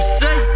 say